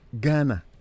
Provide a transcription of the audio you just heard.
Ghana